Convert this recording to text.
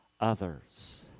others